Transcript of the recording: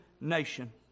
nation